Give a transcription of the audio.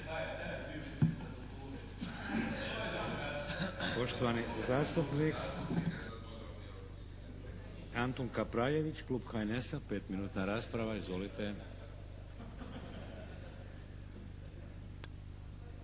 Poštovani zastupnik Antun Kapraljević, Klub HNS-a. Petminutna rasprava. Izvolite.